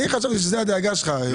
אני חשבתי שזה הדאגה שלך יהודה.